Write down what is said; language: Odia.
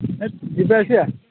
ସାର୍ ଯିବା ଆସିବା